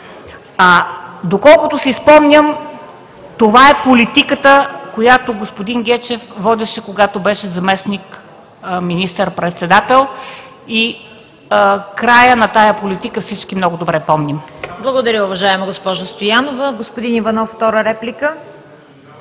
Доколкото си спомням, това е политиката, която господин Гечев водеше, когато беше заместник министър председател и края на тази политика всички много добре помним. ПРЕДСЕДАТЕЛ ЦВЕТА КАРАЯНЧЕВА: Благодаря, уважаема госпожо Стоянова. Господин Иванов – втора реплика.